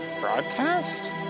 broadcast